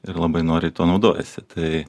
ir labai noriai tuo naudojasi tai